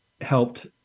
helped